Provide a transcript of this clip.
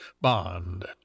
bond